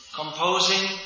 composing